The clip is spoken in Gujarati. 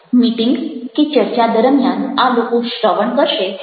મીટીંગ કે ચર્ચા દરમિયાન આ લોકો શ્રવણ કરશે પરંતુ પ્રતિક્રિયા આપશે નહિ